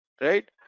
right